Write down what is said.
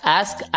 ask